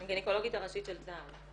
--- היא גינקולוגית הראשית של צה"ל.